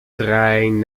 trein